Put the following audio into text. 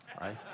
right